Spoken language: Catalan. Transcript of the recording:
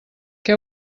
què